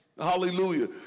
hallelujah